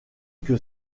que